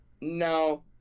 no